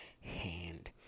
hand